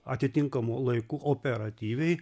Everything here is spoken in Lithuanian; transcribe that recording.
atitinkamu laiku operatyviai